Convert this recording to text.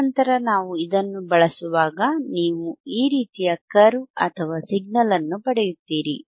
ತದನಂತರ ನಾವು ಇದನ್ನು ಬಳಸುವಾಗ ನೀವು ಈ ರೀತಿಯ ಕರ್ವ್ ಅಥವಾ ಸಿಗ್ನಲ್ ಅನ್ನು ಪಡೆಯುತ್ತೀರಿ